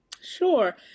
Sure